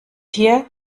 hier